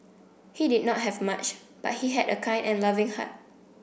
he did not have much but he had a kind and loving heart